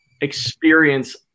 experience